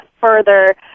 further